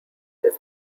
his